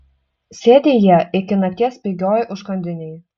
sėdi jie iki nakties pigioj užkandinėj